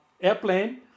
airplane